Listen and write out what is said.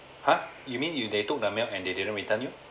!huh! you mean you they took the milk and they didn't return you